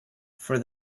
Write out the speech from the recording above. for